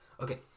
Okay